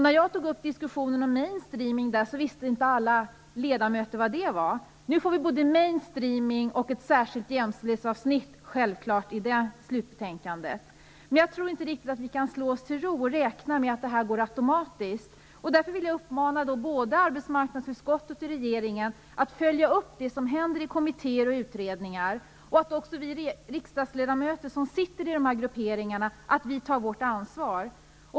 När jag tog upp diskussionen om mainstreaming där visste inte alla ledamöter vad det var. Nu får vi självklart både mainstreaming och ett särskilt jämställdhetsavsnitt i det slutbetänkandet. Men jag tror inte riktigt att vi kan slå oss till ro och räkna med att det här går automatiskt. Därför vill jag uppmana både arbetsmarknadsutskottet och regeringen att följa upp det som händer i kommittéer och utredningar. Också vi riksdagsledamöter som sitter i de här grupperingarna måste ta vårt ansvar.